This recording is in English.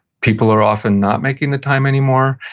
people are often not making the time anymore,